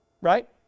Right